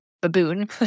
baboon